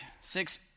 six